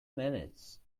minutes